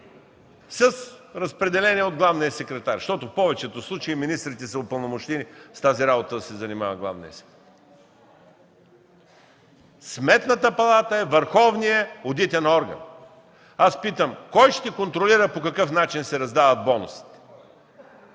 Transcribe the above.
с разпределение от главния секретар, защото в повечето случаи министрите са упълномощили с тази работа да се занимава главният секретар. Сметната палата е върховният одитен орган. Аз питам: кой ще контролира по какъв начин се раздават бонусите?